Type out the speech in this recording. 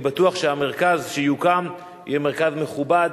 אני בטוח שהמרכז שיוקם יהיה מרכז מכובד,